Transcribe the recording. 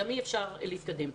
גם אי אפשר להתקדם.